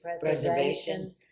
preservation